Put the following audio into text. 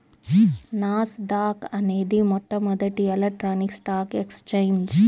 నాస్ dock అనేది మొట్టమొదటి electronic stock exchange